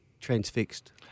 transfixed